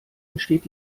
entsteht